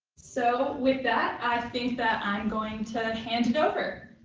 so with that i think that i'm going to hand it over.